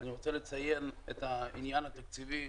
אני רוצה לציין את העניין התקציבי.